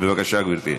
בבקשה, גברתי.